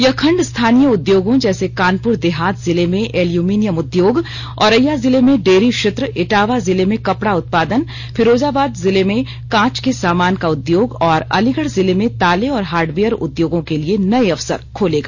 यह खण्ड स्थानीय उद्योगों जैसे कानपूर देहात जिले में एल्यूमीनियम उद्योग औरैया जिले में डेयरी क्षेत्र इटावा जिले में कपड़ा उत्पादन फिरोजाबाद जिले में कांच के सामान का उद्योग और अलीगढ़ जिले में ताले और हार्डवेयर उद्योगों के लिए नए अवसर खोलेगा